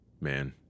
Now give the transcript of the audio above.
Man